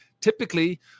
typically